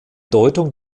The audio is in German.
deutung